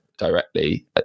directly